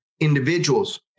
individuals